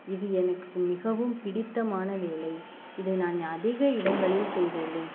இது எனக்கு மிகவும் பிடித்தமான வேலை இதை நான் அதிக இடங்களில் செய்துள்ளேன்